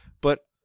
but-